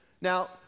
Now